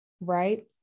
right